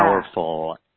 powerful